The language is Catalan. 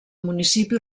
municipi